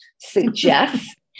suggest